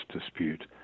dispute